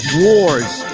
wars